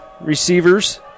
receivers